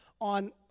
on